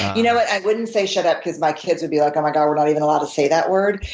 you know what? i wouldn't say shut up, because my kids would be like, oh, my god, we're not even allowed to say that word.